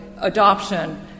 adoption